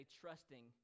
trusting